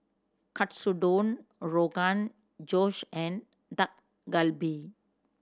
Katsudon Rogan Josh and Dak Galbi